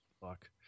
Fuck